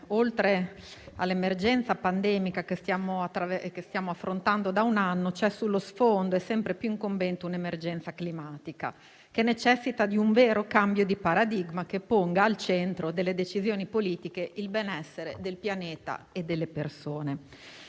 oltre all'emergenza pandemica che stiamo affrontando da un anno, sullo sfondo, sempre più incombente, ce n'è una climatica, che necessita di un vero cambio di paradigma, che ponga al centro delle decisioni politiche il benessere del pianeta e delle persone.